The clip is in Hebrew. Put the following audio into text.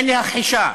אין להכחישה,